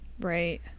Right